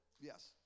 Yes